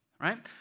right